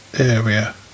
area